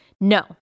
No